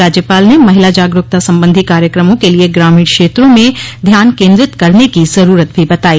राज्यपाल ने महिला जागरूकता संबंधी कार्यक्रमों के लिए ग्रामीण क्षेत्रों में ध्यान केंद्रित करने की जरूरत भी बताई